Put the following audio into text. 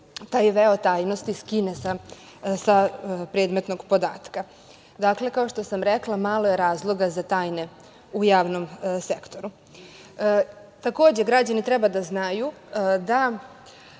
taj veo tajnosti skine sa predmetnog podatka. Dakle, kao što sam rekla, malo je razloga za tajne u javnom sektoru. Takođe, građani treba da znaju da